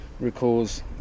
recalls